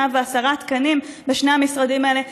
110 תקנים בשני המשרדים האלה.